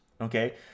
okay